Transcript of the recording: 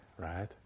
Right